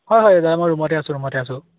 হয় হয় দাদা মই ৰুমতে ৰুমতে আছোঁ